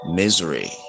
misery